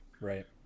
Right